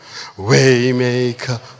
Waymaker